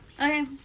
Okay